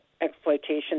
exploitation